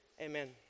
Amen